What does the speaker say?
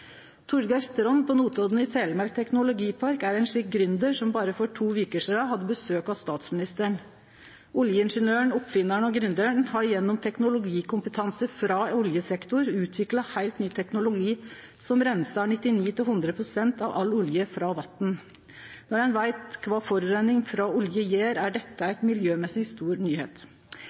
i teknologiparken på Notodden er ein slik gründer, som for berre to veker sidan hadde besøk av statsministeren. Oljeingeniøren, oppfinnaren og gründeren har gjennom teknologikompetanse frå oljesektoren utvikla heilt ny teknologi som reinsar 99–100 pst. av all olje frå vatn. Når ein veit kva forureining frå olje gjer, er dette ei stor